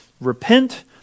Repent